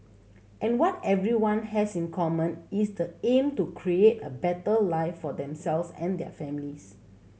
and what everyone has in common is the aim to create a better life for themselves and their families